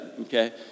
okay